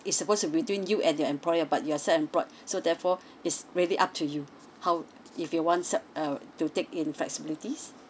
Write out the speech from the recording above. it's supposed to between you and your employer but you're self employed so therefore it's really up to you how if you wants it uh to take in flexibilities